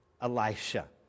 Elisha